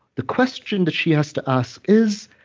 the question that she has to ask is,